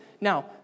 Now